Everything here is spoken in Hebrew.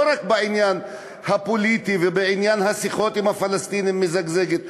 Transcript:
לא רק בעניין הפוליטי ובעניין השיחות עם הפלסטינים היא מזגזגת,